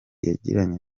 yagiranye